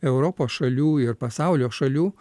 europos šalių ir pasaulio šalių